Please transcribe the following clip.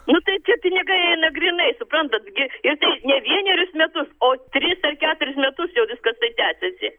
nu tai tie pinigai eina grynai suprantat gi jisai ne vienerius metus o tris ar keturis metus jau viskas taip tęsiasi